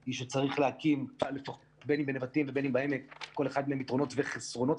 היא שצריך להקים --- בין אם --- כל אחד מהם יתרונות וחסרונות.